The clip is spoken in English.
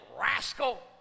rascal